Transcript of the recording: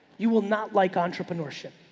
you will not like entrepreneurship.